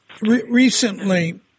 Recently